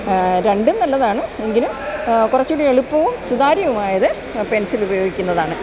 രണ്ടും നല്ലതാണ് എങ്കിലും കുറച്ചുകൂടി എളുപ്പവും സുതാര്യവുമായത് പെൻസിലുപയോഗിക്കുന്നതാണ്